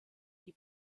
die